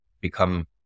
become